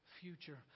future